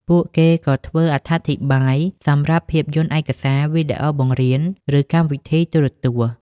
ពួកគេក៏ធ្វើអត្ថាធិប្បាយ សម្រាប់ភាពយន្តឯកសារ វីដេអូបង្រៀន ឬកម្មវិធីទូរទស្សន៍។